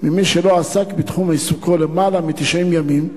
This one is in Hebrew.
ממי שלא עסק בתחום עיסוקו למעלה מ-90 ימים,